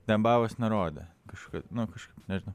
dembavos nurodė kažkaip nu kažkaip nežinau